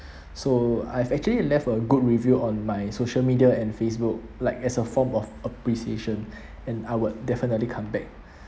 so I've actually left a good review on my social media and Facebook like as a form of appreciation and I will definitely come back